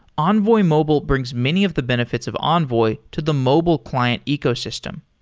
envoy mobile brings many of the benefits of envoy to the mobile client ecosystem.